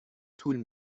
طول